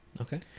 okay